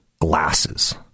glasses